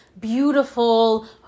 beautiful